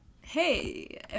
Hey